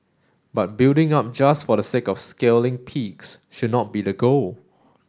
but building up just for the sake of scaling peaks should not be the goal